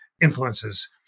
influences